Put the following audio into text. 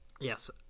Yes